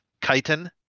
chitin